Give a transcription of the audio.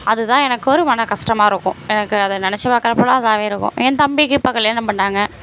அது தான் எனக்கு ஒரு மன கஷ்டமா இருக்கும் எனக்கு அதை நெனைச்சி பாக்குறப்பெல்லாம் இதாகவே இருக்கும் என் தம்பிக்கு இப்போ கல்யாணம் பண்ணாங்க